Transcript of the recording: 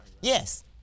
Yes